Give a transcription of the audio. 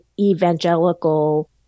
evangelical